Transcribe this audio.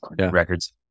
records